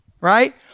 Right